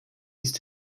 ist